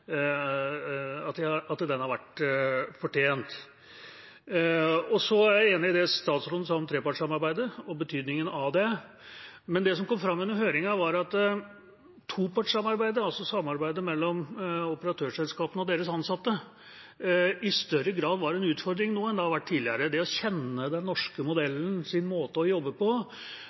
fortjent. Jeg er enig i det statsråden sa om trepartssamarbeidet og betydningen av det. Men det som kom fram under høringen, var at topartssamarbeidet, altså samarbeidet mellom operatørselskapene og deres ansatte, i større grad var en utfordring nå enn tidligere. Det å kjenne den norske modellens måte å jobbe på